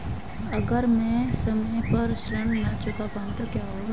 अगर म ैं समय पर ऋण न चुका पाउँ तो क्या होगा?